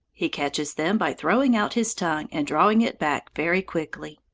he catches them by throwing out his tongue and drawing it back very quickly.